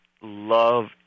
love